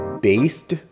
Based